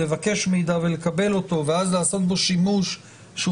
לבקש מידע ולקבל אותו ואז לעשות בו שימוש שהוא